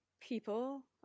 people